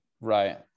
Right